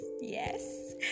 Yes